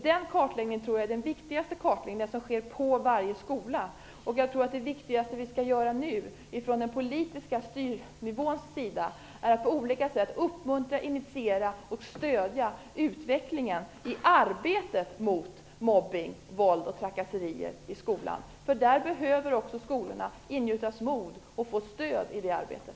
Den kartläggningen, som sker på varje skola, tror jag är den viktigaste. Jag tror att det viktigaste som vi nu skall göra från den politiska styrnivåns sida är att på olika sätt uppmuntra initiera och stödja utvecklingen av arbetet mot mobbning, våld och trakasserier i skolan. Skolorna behöver ingjutas mod och få stöd i det arbetet.